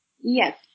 Yes